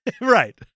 Right